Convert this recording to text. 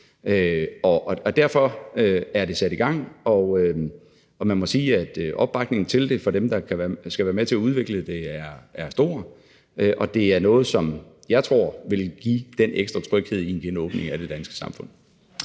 Derfor er det sat i gang, og man må sige, at opbakningen til det fra dem, der skal være med til at udvikle det, er stor, og det er noget, som jeg tror vil give den ekstra tryghed i en genåbning af det danske samfund.